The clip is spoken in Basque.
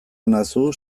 banauzu